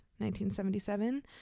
1977